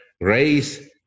raise